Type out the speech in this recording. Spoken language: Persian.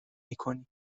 میکنی